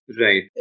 right